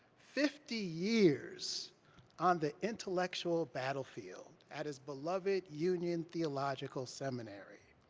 fifty years on the intellectual battlefield at his beloved union theological seminary.